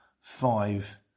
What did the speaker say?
five